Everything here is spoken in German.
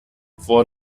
vor